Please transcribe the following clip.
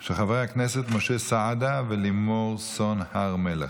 של חברי הכנסת משה סעדה ולימור סון הר מלך.